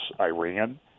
Iran